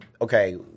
okay